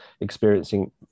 experiencing